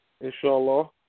inshallah